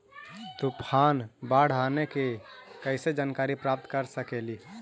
तूफान, बाढ़ आने की कैसे जानकारी प्राप्त कर सकेली?